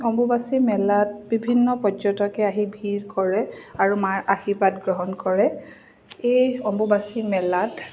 অম্বুবাচী মেলাত বিভিন্ন পৰ্যটকে আহি ভিৰ কৰে আৰু মাৰ আশীৰ্বাদ গ্ৰহণ কৰে এই অম্বুবাচী মেলাত